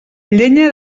llenya